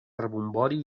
rebombori